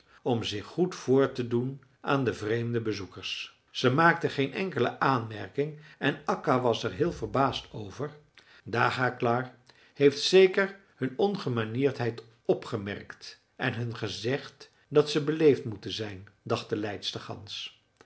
om zich goed voor te doen aan de vreemde bezoekers ze maakten geen enkele aanmerking en akka was er heel verbaasd over dagaklar heeft zeker hun ongemanierdheid opgemerkt en hun gezegd dat ze beleefd moeten zijn dacht de leidster gans